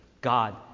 God